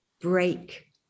break